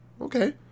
okay